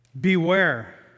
Beware